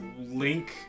Link